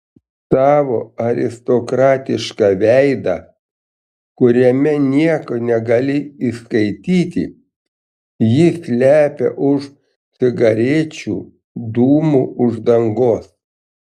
savo aristokratišką veidą kuriame nieko negali išskaityti jis slepia už cigarečių dūmų uždangos